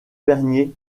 bernier